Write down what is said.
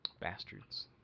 Bastards